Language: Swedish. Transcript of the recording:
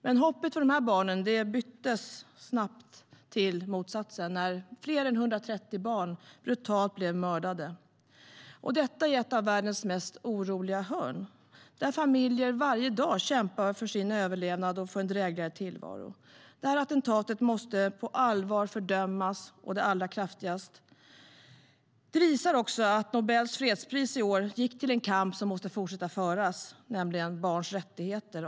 Men hoppet för barnen i denna skola byttes snabbt till motsatsen när fler än 130 barn blev brutalt mördade. Detta är ett av världens oroligaste hörn, där familjer varje dag kämpar för sin överlevnad och för en drägligare tillvaro. Det här attentatet måste på allvar fördömas å det allra kraftigaste. Det visar också att Nobels fredspris i år gick till en kamp som måste fortsätta att föras, nämligen kampen för barns rättigheter.